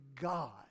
God